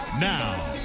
Now